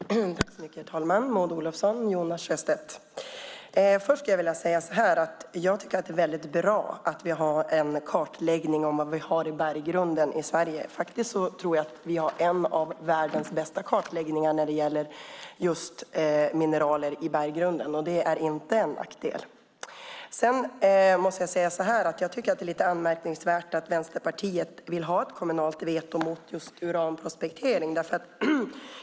Herr talman! Maud Olofsson! Jonas Sjöstedt! Jag tycker att det är bra att vi har en kartläggning av vad vi har i berggrunden i Sverige. Jag tror att vi har en av världens bästa kartläggningar just av mineraler i berggrunden. Det är inte någon nackdel. Jag tycker att det är anmärkningsvärt att Vänsterpartiet vill ha ett kommunalt veto mot just uranprospektering.